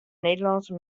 nederlânske